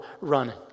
running